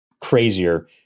crazier